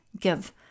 Give